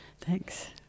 Thanks